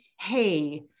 hey